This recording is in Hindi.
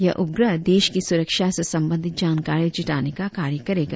यह उपग्रह देश की सुरक्षा से संबंधित जानकारियां जुटाने का कार्य करेगा